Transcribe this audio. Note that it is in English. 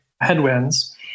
headwinds